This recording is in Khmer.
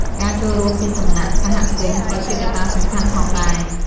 ការចូលរួមពីសំណាក់សហគមន៍ក៏ជាកត្តាសំខាន់ផងដែរ។